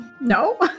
No